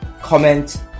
comment